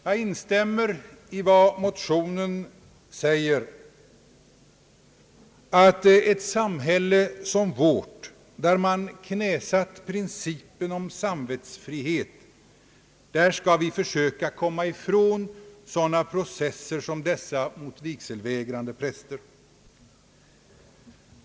Jag instämmer i motionen då den säger att i ett samhälle som vårt, där man knäsatt principen om samvetsfrihet, skall vi försöka komma ifrån sådana processer som dessa mot vigselvägrande präster.